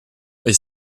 est